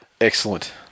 Excellent